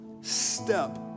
step